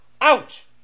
Ouch